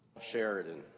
Sheridan